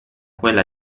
quella